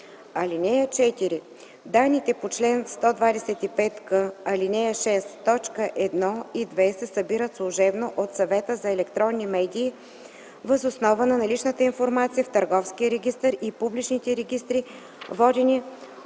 (4) Данните по чл. 125к, ал. 6, т. 1 и 2 се събират служебно от Съвета за електронни медии въз основа на наличната информация в търговския регистър и публичните регистри, водени